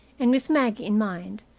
and with maggie in mind,